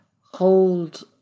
hold